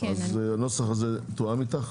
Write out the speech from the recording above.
הנוסח הזה תואם איתך?